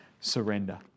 surrender